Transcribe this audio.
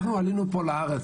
כשעלינו פה לארץ,